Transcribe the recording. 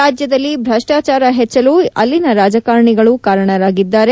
ರಾಜ್ಯದಲ್ಲಿ ಭ್ರಷ್ಪಾಚಾರ ಹೆಚ್ಚಲು ಅಲ್ಲಿನ ರಾಜಿಕಾರಣಿಗಳು ಕಾರಣರಾಗಿದ್ದಾರೆ